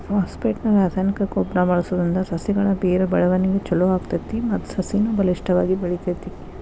phosphate ನ ರಾಸಾಯನಿಕ ಗೊಬ್ಬರ ಬಳ್ಸೋದ್ರಿಂದ ಸಸಿಗಳ ಬೇರು ಬೆಳವಣಿಗೆ ಚೊಲೋ ಆಗ್ತೇತಿ ಮತ್ತ ಸಸಿನು ಬಲಿಷ್ಠವಾಗಿ ಬೆಳಿತೇತಿ